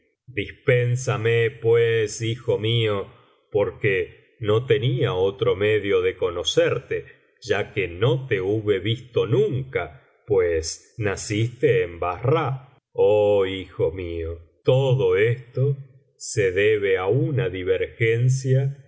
dispénsame pues hijo mío porque no tenía otro medio de conocerte ya que no te hube visto nunca pues naciste en basara oh hijo mío todo esto se debe á una divergencia